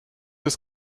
des